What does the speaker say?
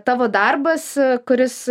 tavo darbas kuris